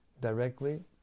directly